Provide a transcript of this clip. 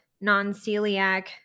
non-celiac